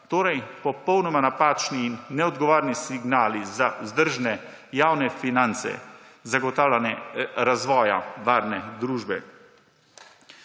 države. Popolnoma napačni in neodgovorni signali za vzdržne javne finance, zagotavljanje razvoja varne družbe.